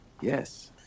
Yes